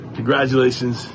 Congratulations